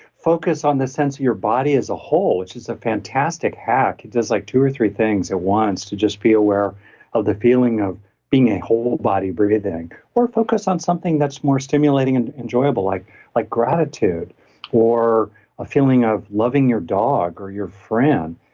focus on the sense of your body as a whole which is a fantastic hack. it does like two or three things, it wants to just be aware of the feeling of being a whole body breathing or focus on something that's more stimulating and enjoyable, like like gratitude or a feeling of loving your dog or your friend,